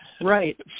Right